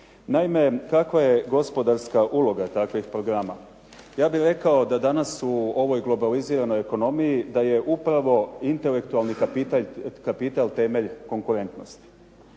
Naime, kakva je gospodarska uloga takvih programa? Ja bih rekao da danas u ovoj globaliziranoj ekonomiji, da je upravo intelektualni kapital temelj konkurentnosti.